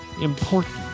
important